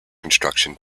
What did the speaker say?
construction